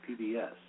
PBS